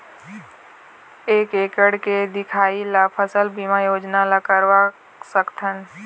एक एकड़ के दिखाही ला फसल बीमा योजना ला करवा सकथन?